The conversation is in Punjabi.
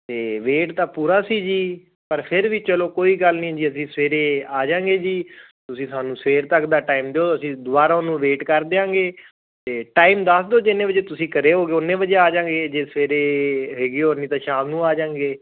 ਅਤੇ ਵੇਟ ਤਾਂ ਪੂਰਾ ਸੀ ਜੀ ਪਰ ਫਿਰ ਵੀ ਚਲੋ ਕੋਈ ਗੱਲ ਨਹੀਂ ਜੀ ਅਸੀਂ ਸਵੇਰੇ ਆ ਜਾਂਗੇ ਜੀ ਤੁਸੀਂ ਸਾਨੂੰ ਸਵੇਰ ਤੱਕ ਦਾ ਟਾਈਮ ਦਿਓ ਅਸੀਂ ਦੁਬਾਰਾ ਉਹਨੂੰ ਵੇਟ ਕਰ ਦਿਆਂਗੇ ਅਤੇ ਟਾਈਮ ਦੱਸ ਦਿਓ ਜਿੰਨੇ ਵਜੇ ਤੁਸੀਂ ਘਰ ਹੋਗੇ ਉਨੇ ਵਜੇ ਆ ਜਾਂਗੇ ਜੇ ਸਵੇਰੇ ਹੈਗੇ ਹੋ ਨਹੀਂ ਤਾਂ ਸ਼ਾਮ ਨੂੰ ਆ ਜਾਂਗੇ